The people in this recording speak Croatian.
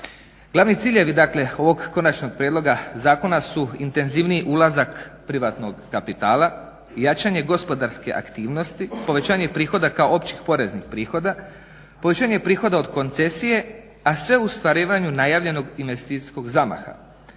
Glavni ciljevi, dakle ovog Konačnog prijedloga zakona su intenzivniji ulazak privatnog kapitala, jačanje gospodarske aktivnosti, povećanje prihoda kao općih poreznih prihoda, povećanje prihoda od koncesije, a sve u ostvarivanju najavljenog investicijskog zamaha.